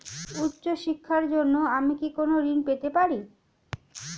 উচ্চশিক্ষার জন্য আমি কি কোনো ঋণ পেতে পারি?